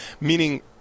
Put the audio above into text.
meaning